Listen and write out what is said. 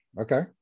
okay